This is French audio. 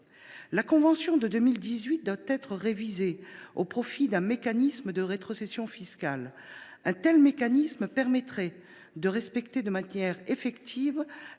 La convention de 2018 devrait être révisée au profit d’un mécanisme de rétrocession fiscale. Un tel dispositif permettrait de respecter de manière effective